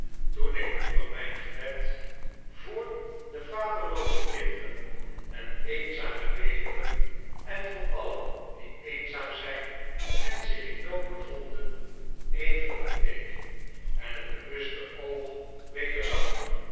toen ik onder myn gebed voor de vaderlooze kinderen en eenzame weduwen en voor alien die eenzaam zyn en zich in noodbevonden even opkeek en het bewuste oog weder